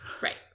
Right